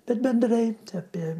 bet bendrai apie